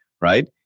right